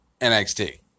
NXT